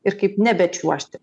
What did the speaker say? ir kaip nebečiuožti